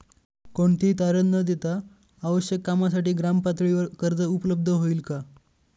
कोणतेही तारण न देता आवश्यक कामासाठी ग्रामपातळीवर कर्ज उपलब्ध होईल का?